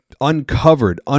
uncovered